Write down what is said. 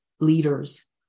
leaders